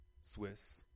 Swiss